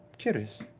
curious.